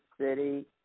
City